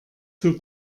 für